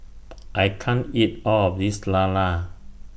I can't eat All of This Lala